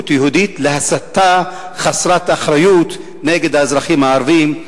להסתה חסרת אחריות נגד האזרחים הערבים,